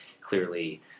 clearly